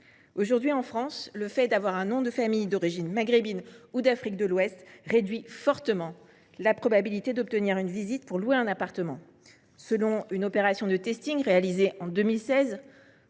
Aujourd’hui, en France, le fait de porter un nom de famille d’origine maghrébine ou d’Afrique de l’Ouest réduit fortement la probabilité d’obtenir une visite pour louer un appartement. Dans le cadre d’une opération de réalisée en 2016